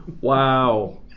Wow